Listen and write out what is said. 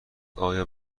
آیا